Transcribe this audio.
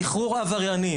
סחרור עברייני,